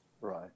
Right